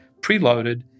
preloaded